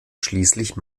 schließlich